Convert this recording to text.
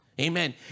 amen